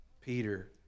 Peter